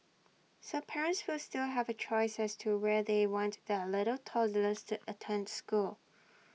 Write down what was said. so parents will still have A choice as to where they want their little toddlers to attend school